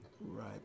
Right